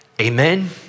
Amen